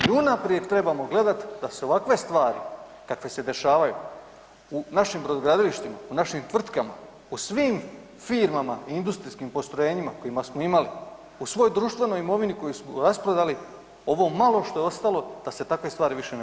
I unaprijed trebamo gledati da se ovakve stvari kakve se dešavaju u našim brodogradilištima, u našim tvrtkama, u svim firmama i industrijskim postrojenjima kojima smo imali, u svoj društvenoj imovini koju smo rasprodali, ovo malo što je ostalo, da se takve stvari više ne